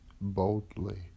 boldly